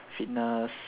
fitness